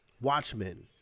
Watchmen